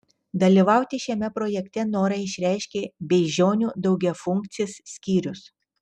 dalyvauti šiame projekte norą išreiškė beižionių daugiafunkcis skyrius